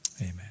Amen